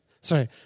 Sorry